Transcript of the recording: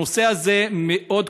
הנושא הזה מאוד כואב,